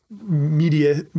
media